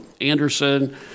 anderson